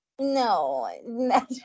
No